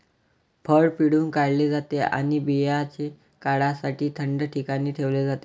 फळ पिळून काढले जाते आणि बर्याच काळासाठी थंड ठिकाणी ठेवले जाते